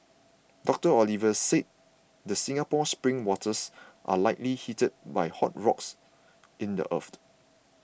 Doctor Oliver said the Singapore spring waters are likely heated by hot rock in the earth